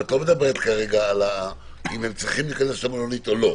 את לא מדברת אם הם צריכים להיכנס עקרונית או לא.